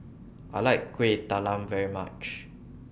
I like Kuih Talam very much